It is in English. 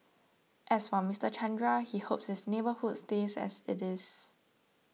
as for Mister Chandra he hopes his neighbourhood stays as it is